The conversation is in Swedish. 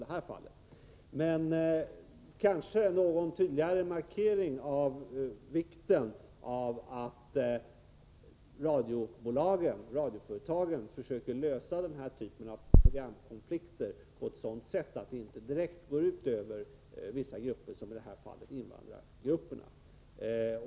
Men kanske hade jag väntat mig en något tydligare markering av vikten av att radioföretagen försöker lösa denna typ av programkonflikter på ett sådant sätt att det inte direkt går ut över vissa grupper, i detta fall invandrargrupperna.